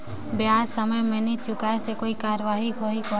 ब्याज समय मे नी चुकाय से कोई कार्रवाही होही कौन?